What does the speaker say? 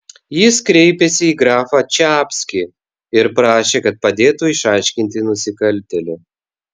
jis kreipėsi į grafą čapskį ir prašė kad padėtų išaiškinti nusikaltėlį